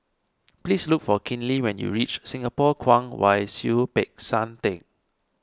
please look for Kinley when you reach Singapore Kwong Wai Siew Peck San theng